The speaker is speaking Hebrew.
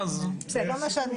אורית, אני לא מפר אף פעם.